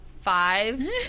five